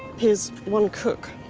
here's one cook.